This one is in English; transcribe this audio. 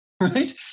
right